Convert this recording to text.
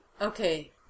Okay